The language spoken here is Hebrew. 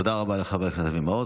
תודה רבה לחבר הכנסת אבי מעוז.